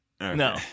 No